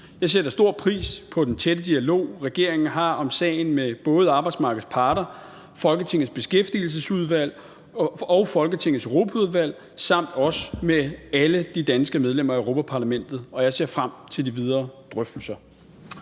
Jeg sætter stor pris på den tætte dialog, regeringen har om sagen både med arbejdsmarkedets parter, Folketingets Beskæftigelsesudvalg og Folketingets Europaudvalg og også med alle de danske medlemmer af Europa-Parlamentet. Jeg ser frem til de videre drøftelser.